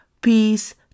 peace